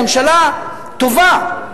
ממשלה טובה,